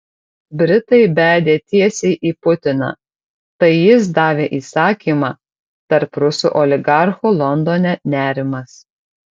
britai bedė tiesiai į putiną tai jis davė įsakymą tarp rusų oligarchų londone nerimas